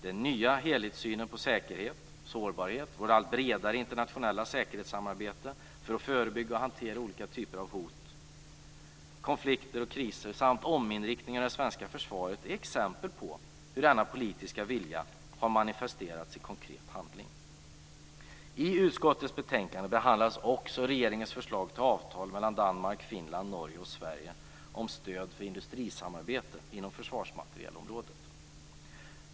Den nya helhetssynen på säkerhet och sårbarhet, vårt allt bredare internationella säkerhetssamarbete för att förebygga och hantera olika typer av hot, konflikter och kriser samt ominriktning av det svenska försvaret är exempel på hur denna politiska vilja har manifesterats i konkret handling. I utskottets betänkande behandlas också regeringens förslag till avtal mellan Danmark, Finland, Norge och Sverige om stöd för industrisamarbete inom försvarsmaterielområdet.